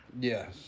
Yes